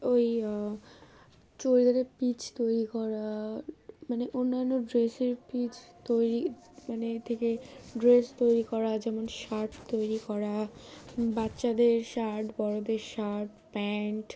ওই চুড়িদারের পিস তৈরি করা মানে অন্যান্য ড্রেসের পিস তৈরি মানে থেকে ড্রেস তৈরি করা যেমন শার্ট তৈরি করা বাচ্চাদের শার্ট বড়দের শার্ট প্যান্ট